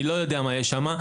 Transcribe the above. אני לא יודע מה יש שם.